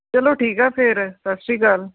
ਚਲੋ ਠੀਕ ਆ ਫਿਰ ਸਤਿ ਸ਼੍ਰੀ ਅਕਾਲ